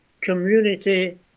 community